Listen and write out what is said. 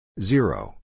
zero